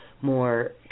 more